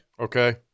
Okay